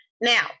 Now